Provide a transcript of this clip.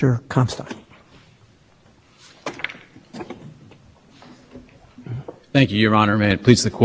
competition that local